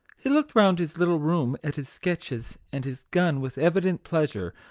he looked round his little room at his sketches and his gun with evident pleasure,